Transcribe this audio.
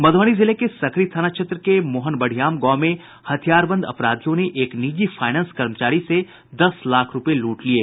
मधुबनी जिले के सकरी थाना क्षेत्र के मोहनबढ़ियाम गांव में हथियारबंद अपराधियों ने एक निजी फाइनेंस कर्मचारी से दस लाख रूपये लूट लिये